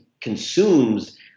consumes